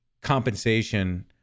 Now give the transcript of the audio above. compensation